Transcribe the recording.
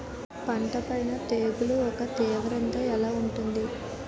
పంట పైన తెగుళ్లు యెక్క తీవ్రత ఎలా ఉంటుంది